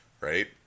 right